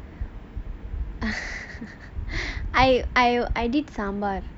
I I I did sambar